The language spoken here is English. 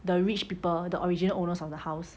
the rich people the original owners of the house